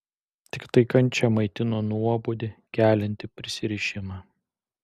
tiktai kančia maitino nuobodį keliantį prisirišimą